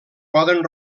poden